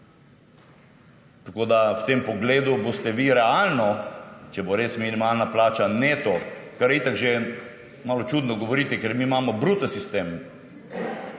Tako da v tem pogledu boste vi realno, če bo res minimalna plača neto – kar že itak malo čudno govorite, ker mi imamo bruto sistem,